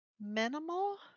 minimal